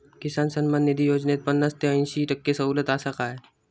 किसान सन्मान निधी योजनेत पन्नास ते अंयशी टक्के सवलत आसा काय?